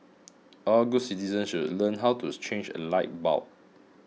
all good citizens should learn how to change a light bulb